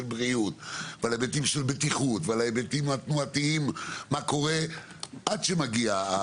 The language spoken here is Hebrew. בריאות ועל היבטים של בטיחות ועל היבטים התנועתיים מה קורה עד שמגיע...